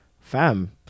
fam